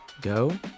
go